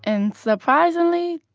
and surprisingly,